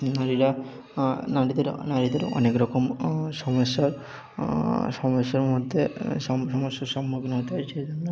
নারীরা নারীদের নারীদের অনেক রকম সমস্যার সমস্যার মধ্যে সমস্যার সম্মুখীন হতে হয় সেই জন্য